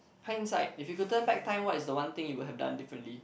hindsight if you could turn back time what is the one thing you will have done differently